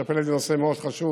את מטפלת בנושא מאוד חשוב,